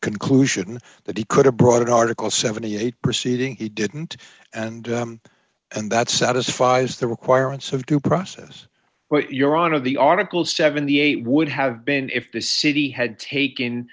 conclusion that he could have brought in article seventy eight proceeding he didn't and and that satisfies the requirements of due process but your honor the article seventy eight would have been if the city had taken